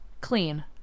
clean